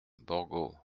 borgo